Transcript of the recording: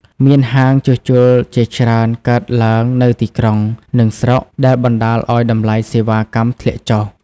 មានហាងជួសជុលជាច្រើនកើតឡើងនៅទីក្រុង និងស្រុក ដែលបណ្តាលឲ្យតម្លៃសេវាកម្មធ្លាក់ចុះ។